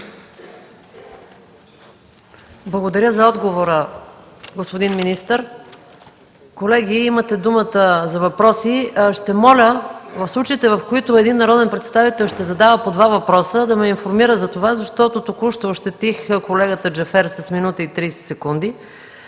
Благодаря за отговора, господин министър. Колеги, имате думата за въпроси. Ще моля в случаите, в които един народен представител ще задава по два въпроса, да ме информира за това, защото току-що ощетих колегата Джафер с 1,30 мин.